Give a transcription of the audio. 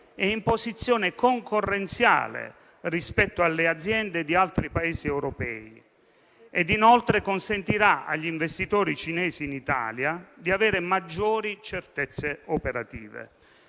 e in posizione concorrenziale rispetto alle aziende di altri Paesi europei. Inoltre, consentirà agli investitori cinesi in Italia di avere maggiori certezze operative.